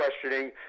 questioning